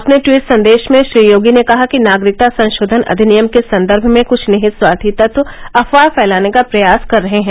अपने ट्वीट संदेश में श्री योगी ने कहा कि नागरिकता संशोधन अधिनियम के संदर्भ में कुछ निहित स्वार्थी तत्व अफवाह फैलाने का प्रयास कर रहे हैं